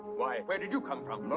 why, where did you come from? the